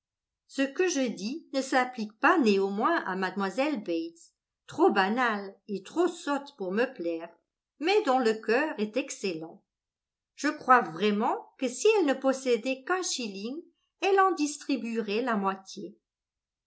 ce que je dis ne s'applique pas néanmoins à mlle bates trop banale et trop sotte pour me plaire mais dont le cœur est excellent je crois vraiment que si elle ne possédait qu'un shilling elle en distribuerait la moitié